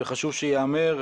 וחשוב שייאמר,